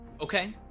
Okay